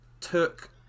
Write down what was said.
took